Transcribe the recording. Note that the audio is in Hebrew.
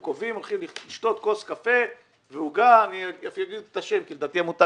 אני אפילו אומר את השם כי לדעתי המותג